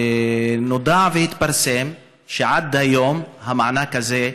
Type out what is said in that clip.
ונודע והתפרסם שעד היום, המענק הזה,